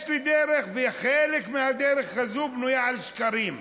יש לי דרך, וחלק מהדרך הזאת בנויה על שקרים.